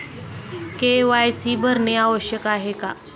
KYC भरणे आवश्यक आहे का?